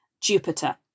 Jupiter